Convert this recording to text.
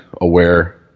aware